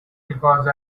because